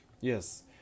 Yes